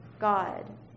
God